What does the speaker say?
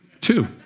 Two